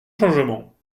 changement